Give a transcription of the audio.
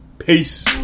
Peace